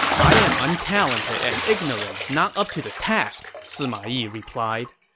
i am untalented and ignorant, not up to the task, sima yi replied.